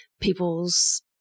people's